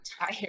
tired